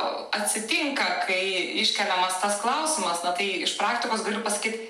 atsitinka kai iškeliamas tas klausimas na tai iš praktikos galiu pasakyt